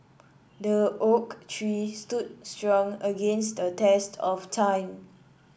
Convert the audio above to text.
the oak tree stood strong against the test of time